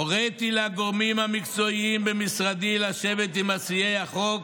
הוריתי לגורמים המקצועיים במשרדי לשבת עם מציעי החוק